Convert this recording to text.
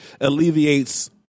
alleviates